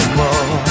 more